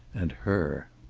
and her.